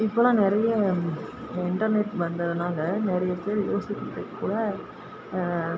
இப்போலாம் நிறையா இன்டர்நெட் வந்ததுனால் நிறைய பேர் யோசிக்கிறதுக்கு கூட